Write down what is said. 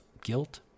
guilt